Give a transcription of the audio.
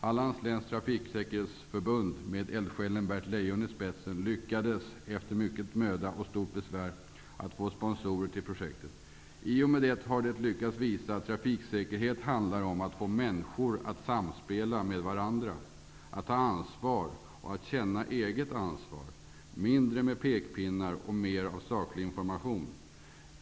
Hallands läns trafiksäkerhetsförbund med eldsjälen Bert Leion i spetsen lyckades efter mycken möda och stort besvär få sponsorer till projektet. I och med det har man lyckats visa att trafiksäkerheten handlar om att få människor att samspela, att ta ansvar och att känna ett eget ansvar. Dessutom handlar det om mindre av pekpinnar och mer av saklig information.